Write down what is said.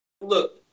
look